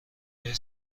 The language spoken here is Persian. های